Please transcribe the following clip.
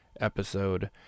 episode